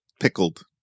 Pickled